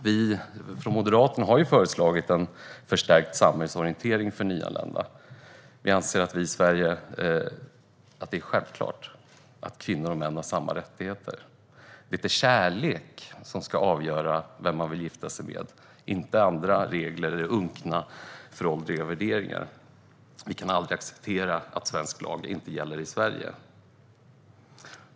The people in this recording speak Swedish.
Vi från Moderaterna har föreslagit en förstärkt samhällsorientering för nyanlända. Vi anser att det är självklart att kvinnor och män i Sverige ska ha samma rättigheter. Det är kärlek som ska avgöra vem man ska gifta sig med, inte andra regler eller unkna och föråldrade värderingar. Vi kan aldrig acceptera att svensk lag inte gäller i Sverige.